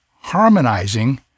harmonizing